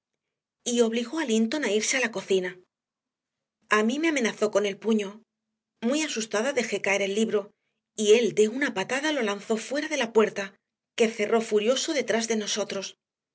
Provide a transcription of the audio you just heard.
dos y obligó a linton a irse a la cocina a mí me amenazó con el puño muy asustada dejé caer el libro y él de una patada lo lanzó fuera de la puerta que cerró furioso detrás de nosotros